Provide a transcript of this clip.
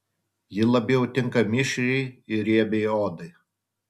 ji labiau tinka mišriai ir riebiai odai